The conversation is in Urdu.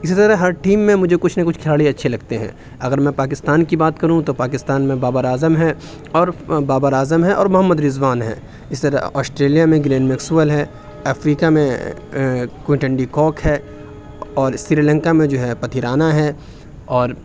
اِسی طرح ہر ٹیم میں مجھے کچھ نہ کچھ کھلاڑی اچھے لگتے ہیں اگر میں پاکستان کی بات کروں تو پاکستان میں بابر اعظم ہیں اور بابر اعظم ہیں اور محمد رضوان ہیں اِس طرح آسٹریلیا میں گلین میکسویل ہیں افریقہ میں کوئٹن ڈیکاک ہے اور سری لنکا میں جو ہے پتھیرانا ہے اور